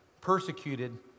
Persecuted